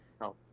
No